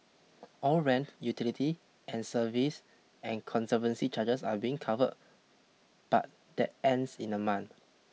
all rent utility and service and conservancy charges are being covered but that ends in a month